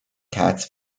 cats